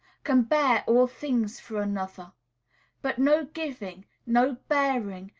can bear all things for another but no giving, no bearing,